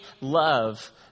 love